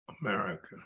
America